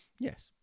Yes